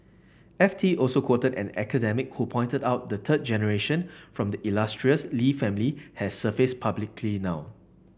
F T also quoted an academic who pointed out the third generation from the illustrious Lee family has surfaced publicly now